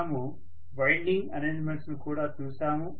మనము winding arrangements ను కూడా చూశాము